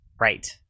Right